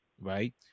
right